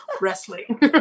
wrestling